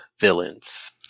villains